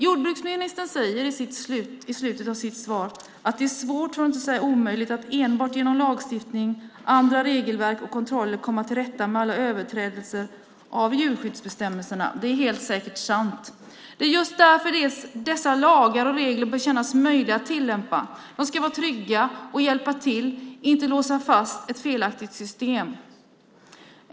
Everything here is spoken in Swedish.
Jordbruksministern säger i slutet av sitt svar att "det är svårt, för att inte säga omöjligt, att enbart genom lagstiftning, andra regelverk och kontroller komma till rätta med alla överträdelser av djurskyddsbestämmelserna". Det är helt säkert sant. Det är just därför dessa lagar och regler bör kännas möjliga att tillämpa. De ska vara trygga och hjälpa till, inte låsa fast ett felaktigt system.